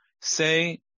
Say